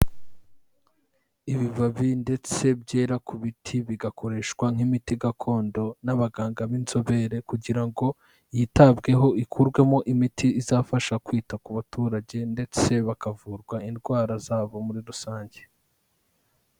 Ibibabi ndetse byera ku biti bigakoreshwa nk'imiti gakondo, n'abaganga b'inzobere kugira ngo yitabweho ikurwemo imiti izafasha kwita ku baturage ndetse bakavurwa indwara zabo muri rusange.